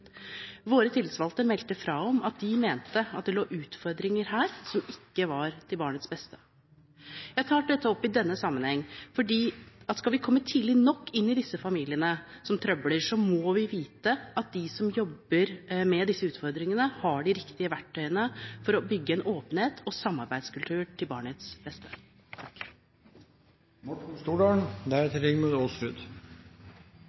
Våre tillitsvalgte meldte fra om at de mente at det lå utfordringer her som ikke var til barnets beste. Jeg tar opp dette i denne sammenheng, for skal vi komme tidlig nok inn i disse familiene som «trøbler», må vi vite at de som jobber med disse utfordringene, har de riktige verktøyene for å bygge en åpenhets- og samarbeidskultur til barnets beste.